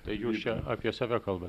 tai jūs čia apie save kalbat